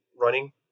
running